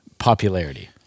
Popularity